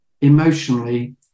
emotionally